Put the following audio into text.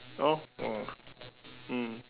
oh oh mm